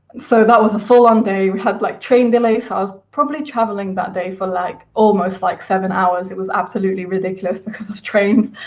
so that was a full-on day. we had like train delays. i was probably travelling that day for like almost like seven hours. it was absolutely ridiculous because of trains,